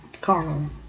Carl